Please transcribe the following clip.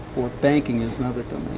or banking is another